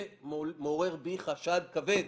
זה מעורר בי חשד כבד.